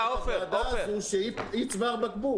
איזה אישור מיוחד?